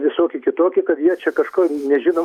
visoki kitoki kad jie čia kažko nežino